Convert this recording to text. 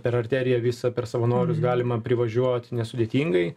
per arteriją visą per savanorius galima privažiuot nesudėtingai